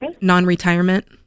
non-retirement